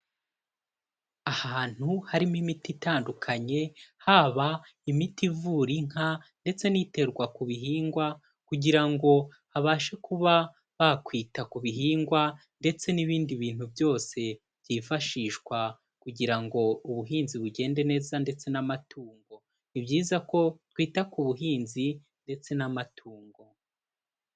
Ahantu harimo imiti itandukanye, haba imiti ivura inka ndetse n'iterwa ku bihingwa kugira ngo babashe kuba bakwita ku bihingwa ndetse n'ibindi bintu byose byifashishwa kugira ngo ubuhinzi bugende neza ndetse n'amatungo. Ni byiza ko twita ku buhinzi ndetse n'amatungo.